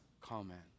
comment